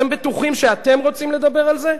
אתם בטוחים שאתם רוצים לדבר על זה?